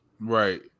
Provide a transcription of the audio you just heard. Right